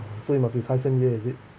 so he must be cai shen ye is it